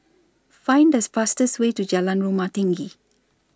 Find This fastest Way to Jalan Rumah Tinggi